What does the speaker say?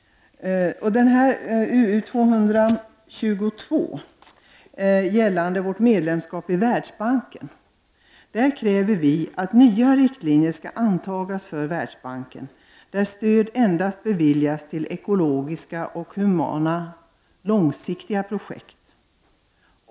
I motion UU222 om vårt medlemskap i Världsbanken kräver vi att nya riktlinjer skall antas för Världsbanken i de fall där stöd endast beviljas till ekologiska och humana, långsiktiga projekt.